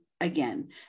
again